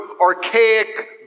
archaic